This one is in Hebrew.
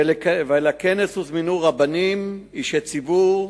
ולכנס הוזמנו רבנים ואישי ציבור,